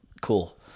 Cool